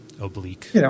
Oblique